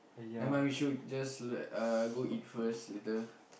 never mind we should just uh go eat first later